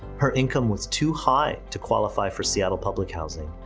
her income was too high to qualify for seattle public housing,